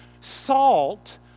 salt